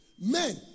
Men